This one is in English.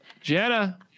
Jenna